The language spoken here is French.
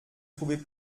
trouvez